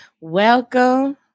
Welcome